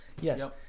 Yes